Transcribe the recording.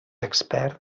expert